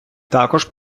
також